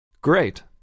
Great